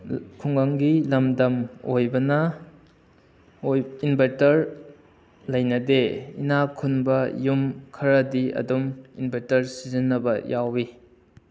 ꯈꯨꯡꯒꯪꯒꯤ ꯂꯝꯗꯝ ꯑꯣꯏꯕꯅ ꯃꯣꯏ ꯏꯟꯚꯔꯇꯔ ꯂꯩꯅꯗꯦ ꯏꯅꯥꯛ ꯈꯨꯟꯕ ꯌꯨꯝ ꯈꯔꯗꯤ ꯑꯗꯨꯝ ꯏꯝꯚꯔꯇꯔ ꯁꯤꯖꯟꯅꯕ ꯌꯥꯎꯋꯤ